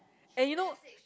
and you know